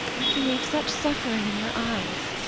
i can read such suffering in your eyes!